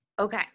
Okay